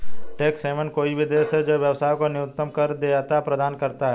tax haven कोई भी देश है जो व्यवसाय को न्यूनतम कर देयता प्रदान करता है